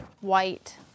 white